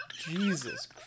Jesus